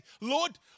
Lord